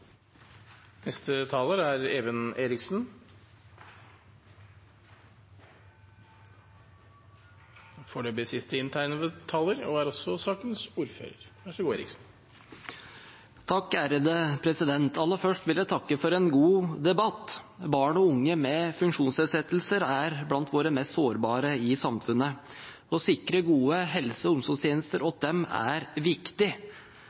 Aller først vil jeg takke for en god debatt. Barn og unge med funksjonsnedsettelser er blant våre mest sårbare i samfunnet. Å sikre gode helse- og omsorgstjenester til dem er viktig